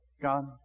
God